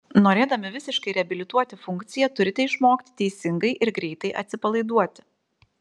norėdami visiškai reabilituoti funkciją turite išmokti teisingai ir greitai atsipalaiduoti